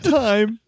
time